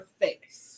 face